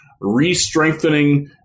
re-strengthening